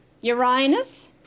Uranus